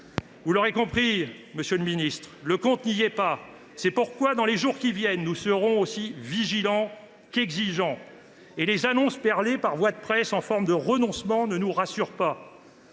Vous l’aurez compris, monsieur le ministre, le compte n’y est pas. C’est pourquoi, dans les jours qui viennent, nous serons aussi vigilants qu’exigeants. Or les annonces perlées par voie de presse en forme de renoncements ne nous rassurent pas.